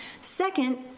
Second